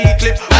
Eclipse